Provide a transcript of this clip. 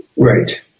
Right